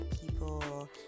people